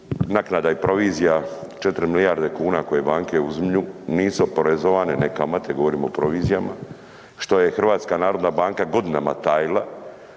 naknada i provizija, 4 milijardi kuna koje banke uzimaju, nisu oporezivane, ne kamate, govorimo o provizijama, što je HNB godinama tajila,